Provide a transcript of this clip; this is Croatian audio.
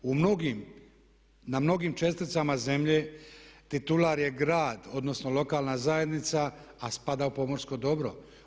Na mnogim česticama zemlje titular je grad odnosno lokalna zajednica, a spada u pomorsko dobro.